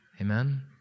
Amen